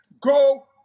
go